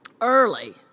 early